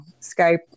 Skype